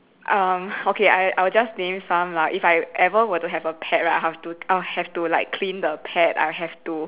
um okay I I will just name some lah if I ever were to have a pet right I have to I'll have to like clean the pet I'll have to